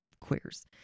queers